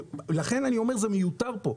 לכן אני אומר שזה מיותר כאן.